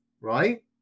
right